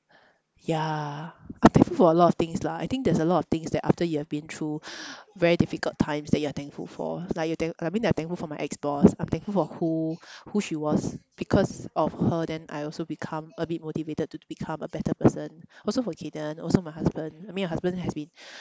yeah I'm thankful for a lot of things lah I think there's a lot of things that after you have been through very difficult times then you are thankful for like you thank~ I mean that I'm thankful for my ex-boss I'm thankful for who who she was because of her then I also become a bit motivated to become a better person also for kayden also my husband I mean my husband has been